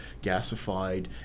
gasified